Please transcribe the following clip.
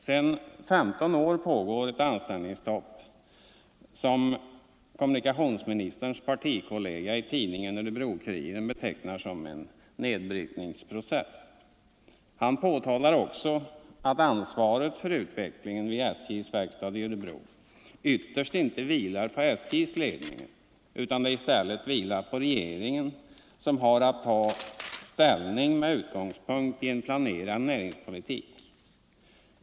Sedan 15 år råder ett anställningsstopp som kommunikationsministerns par tikollega i tidningen Örebro-Kuriren betecknar som en nedbrytningsprocess. Han påpekar också att ansvaret för utvecklingen vid SJ:s verkstad i Örebro ytterst inte vilar på SJ:s ledning utan i stället på regeringen som har att ta ställning med utgångspunkt i en planerad näringspolitik.